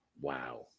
wow